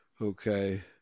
Okay